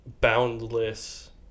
boundless